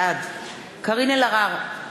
בעד קארין אלהרר,